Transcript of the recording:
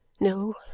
no,